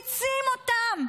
הרוסים, גמורים.